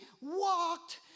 walked